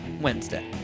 Wednesday